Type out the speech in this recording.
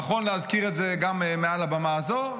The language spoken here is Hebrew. נכון להזכיר את זה גם לבמה הזו.